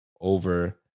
over